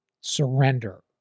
surrender